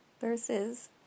Versus